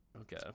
Okay